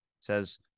says